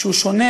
שהוא שונה,